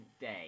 day